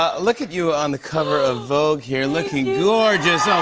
ah look at you on the cover of vogue here, looking gorgeous. oh,